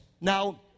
now